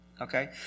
okay